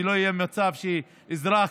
ולא יהיה מצב שאזרח,